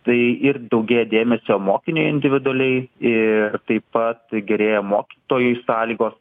tai ir daugėja dėmesio mokiniui individualiai ir taip pat gerėja mokytojui sąlygos